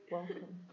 Welcome